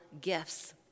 gifts